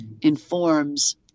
informs